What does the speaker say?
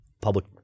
public